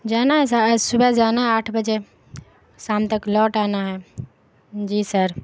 جانا ہے صبح جانا ہے آٹھ بجے شام تک لوٹ آنا ہے جی سر